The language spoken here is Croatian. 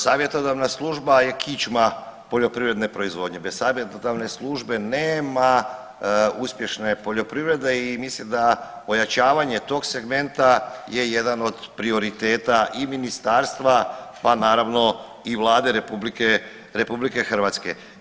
Savjetodavna služba je kičma poljoprivredne proizvodnje, bez savjetodavne službe nema uspješne poljoprivrede i mislim da ojačavanje tog segmenta je jedan od prioriteta i ministarstva, pa naravno i Vlade Republike Hrvatske.